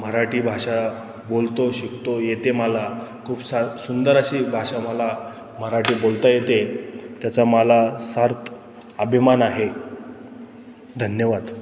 मराठी भाषा बोलतो शिकतो येते मला खूप सा सुंदर अशी भाषा मला मराठी बोलता येते त्याचा मला सार्थ अभिमान आहे धन्यवाद